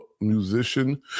musician